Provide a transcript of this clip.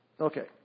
Okay